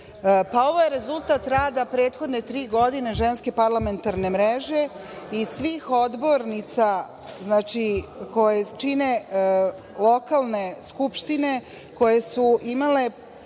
je rezultat rada u prethodne tri godine Ženske parlamentarne mreže i svih odbornica koje čine lokalne skupštine koje su imale